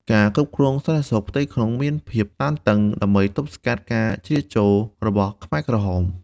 ការគ្រប់គ្រងសន្តិសុខផ្ទៃក្នុងមានភាពតឹងរ៉ឹង ដើម្បីទប់ស្កាត់ការជ្រៀតចូលរបស់ខ្មែរក្រហម។